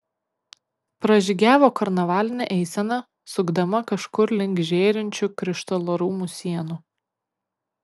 pražygiavo karnavalinė eisena sukdama kažkur link žėrinčių krištolo rūmų sienų